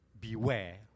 beware